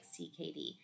CKD